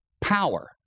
power